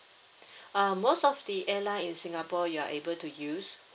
um most of the airline in singapore you're able to use